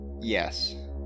Yes